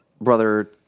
brother